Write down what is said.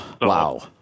Wow